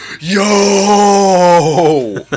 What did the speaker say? YO